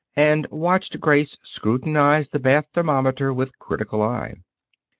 and watched grace scrutinize the bath-thermometer with critical eye.